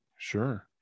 Sure